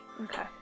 Okay